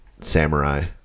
samurai